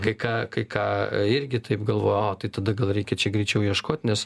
kai ką kai ką irgi taip galvoja o tai tada gal reikia čia greičiau ieškot nes